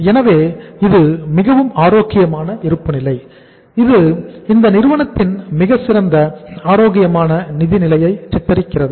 எனவே இது மிகவும் ஆரோக்கியமான இருப்பு நிலை இது இந்த நிறுவனத்தின் மிக சிறந்த ஆரோக்கியமான நிதிநிலையை சித்தரிக்கிறது